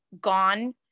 gone